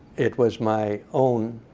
it was my own